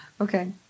Okay